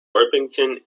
orpington